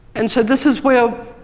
and so this is where